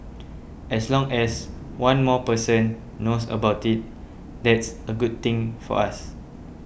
as long as one more person knows about it that's a good thing for us